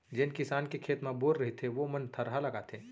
जेन किसान के खेत म बोर रहिथे वोइ मन थरहा लगाथें